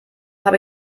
habe